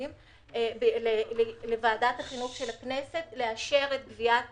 הלימודים לוועדת החינוך של הכנסת לאשר את גביית